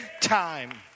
time